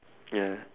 ya